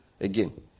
Again